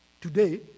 Today